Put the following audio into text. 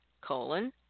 colon